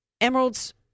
Emerald's